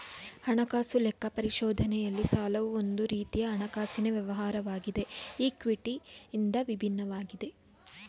ಹಣಕಾಸು ಲೆಕ್ಕ ಪರಿಶೋಧನೆಯಲ್ಲಿ ಸಾಲವು ಒಂದು ರೀತಿಯ ಹಣಕಾಸಿನ ವ್ಯವಹಾರವಾಗಿದೆ ಈ ಕ್ವಿಟಿ ಇಂದ ವಿಭಿನ್ನವಾಗಿದೆ